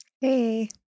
Hey